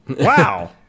wow